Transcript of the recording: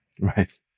Right